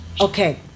okay